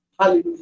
Hallelujah